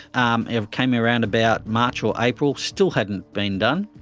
um it came around about march or april still hadn't been done,